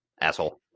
asshole